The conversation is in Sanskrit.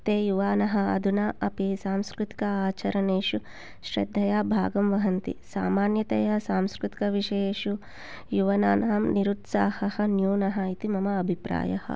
ते युवानः अधुना अपि सांस्कृतिक आचरणेषु श्रद्धया भागं वहन्ति सामान्यतया सांस्कृतिकविषयेषु युवानां निरुत्साहः न्यूनः इति मम अभिप्रायः